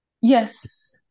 Yes